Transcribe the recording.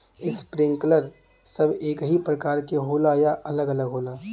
Sprinkler सब एकही प्रकार के होला या अलग अलग होला?